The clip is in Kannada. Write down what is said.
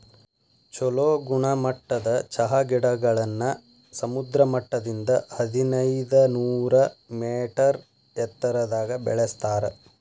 ಚೊಲೋ ಗುಣಮಟ್ಟದ ಚಹಾ ಗಿಡಗಳನ್ನ ಸಮುದ್ರ ಮಟ್ಟದಿಂದ ಹದಿನೈದನೂರ ಮೇಟರ್ ಎತ್ತರದಾಗ ಬೆಳೆಸ್ತಾರ